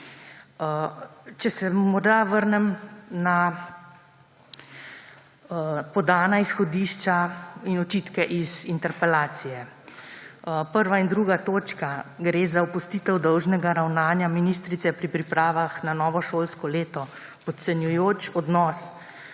Če se vrnem na podana izhodišča in očitke iz interpelacije. Prva in druga točka, gre za opustitev dolžnega ravnanja ministrice pri pripravah na novo šolsko leto, podcenjujoč odnos